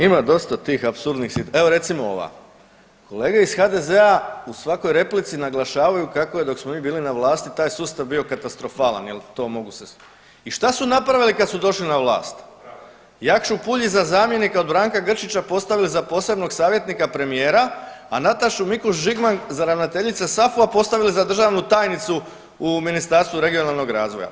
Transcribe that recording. Ima dosta tih apsurdnih … [[Govornik se ne razumije]] Evo recimo ovako, kolege iz HDZ-a u svakoj replici naglašavaju kako je dok smo mi bili na vlasti taj sustav bio katastrofalan jel to mogu se i šta su napravili kad su došli na vlast, Jakšu Puljiza zamjenika od Branka Grčića postavili za posebnog savjetnika premijera, a Natašu Mikuš Žigman za ravnateljica SAFU-a postavili za državnu tajnicu u Ministarstvu regionalnog razvoja.